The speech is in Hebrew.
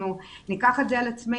אנחנו ניקח את זה על עצמנו,